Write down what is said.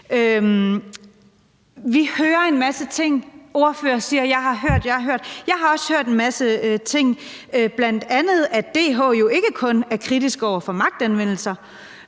Vi hører en masse ting, og ordførere siger: Jeg har hørt, jeg har hørt. Jeg har også hørt en masse ting, bl.a. at DH jo ikke kun er kritiske over for magtanvendelse